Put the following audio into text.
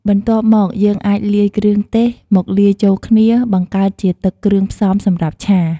បន្ទាប់មក យើងអាចលាយគ្រឿងទេសមកលាយចូលគ្នាបង្កើតជាទឹកគ្រឿងផ្សំសម្រាប់ឆា។